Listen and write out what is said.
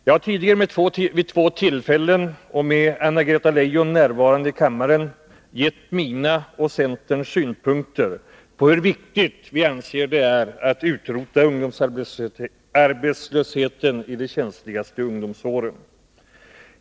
Jag har tidigare vid två tillfällen — båda gångerna med Anna-Greta Leijon närvarande i kammaren — gett mina och centerns synpunkter på hur viktigt vi anser att det är att utrota arbetslösheten i de känsligaste ungdomsåren.